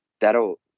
that'll